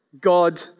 God